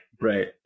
right